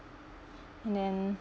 and then